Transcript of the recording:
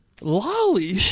Lolly